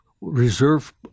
reserve